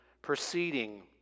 proceeding